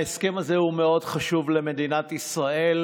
ההסכם הזה הוא מאוד חשוב למדינת ישראל,